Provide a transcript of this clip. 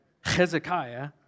Hezekiah